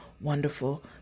wonderful